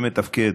שמתפקד,